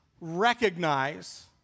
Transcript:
recognize